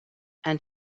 and